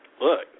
look